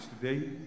today